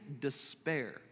despair